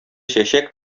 чәчәк